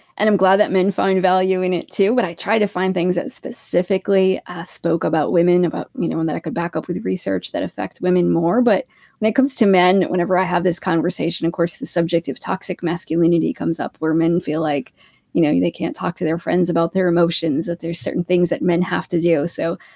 and i'm glad that men find value in it, too. but i tried to find things that specifically spoke about women and you know that i could back up with research that affect women more but when it comes to men, whenever i have this conversation, of course, the subject of toxic masculinity comes up, where men feel like you know they can't talk to their friends about their emotions, that there are certain things that men have to do. so,